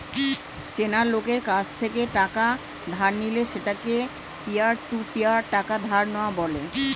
চেনা লোকের কাছ থেকে টাকা ধার নিলে সেটাকে পিয়ার টু পিয়ার টাকা ধার নেওয়া বলে